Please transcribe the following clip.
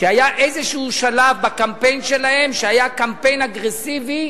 היה איזה שלב בקמפיין שלהם שהיה קמפיין אגרסיבי